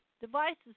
devices